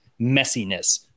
messiness